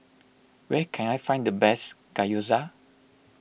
where can I find the best Gyoza